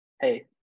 hey